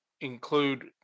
include